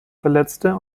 verletzte